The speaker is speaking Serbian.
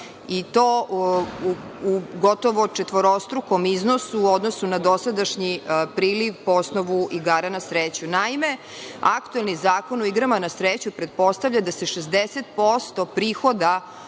i to gotovo četvorostrukom iznosu u odnosu na dosadašnji priliv po osnovu igara na sreću. Naime, aktuelni Zakon o igrama na sreću pretpostavlja da se 60% prihoda